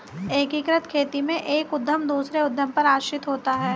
एकीकृत खेती में एक उद्धम दूसरे उद्धम पर आश्रित होता है